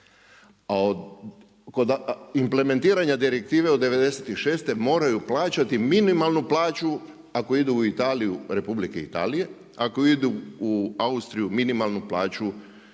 A od implementiranja direktive od '96., moraju plaćati minimalnu plaću ako idu u Italiju, Republike Italije, ako idu u Austriju, minimalnu plaću